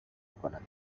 میکنند